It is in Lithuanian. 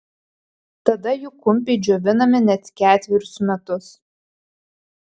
tada jų kumpiai džiovinami net ketverius metus